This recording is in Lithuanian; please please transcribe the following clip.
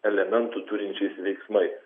elementų turinčiais veiksmais